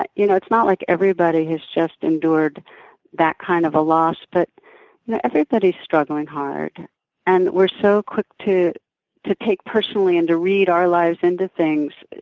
but you know it's not like everybody has just endured that kind of a loss but everybody's struggling hard and we're so quick to to take personally and to read our lives into things.